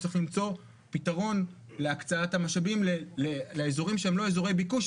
שצריך למצוא פתרון להקצאת המשאבים לאזורים שהם לא אזורי ביקוש,